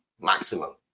maximum